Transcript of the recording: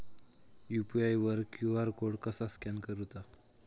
UPI वर QR code कसा scan करूचा?